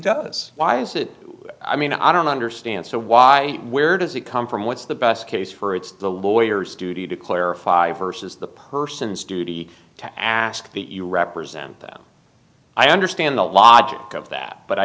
does why is it i mean i don't understand so why where does it come from what's the best case for it's the lawyers duty to clarify versus the person's duty to ask that you represent that i understand the logic of that but i